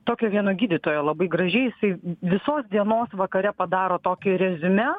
tokio vieno gydytojo labai gražiai jisai visos dienos vakare padaro tokį reziume